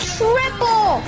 triple